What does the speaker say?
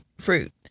fruit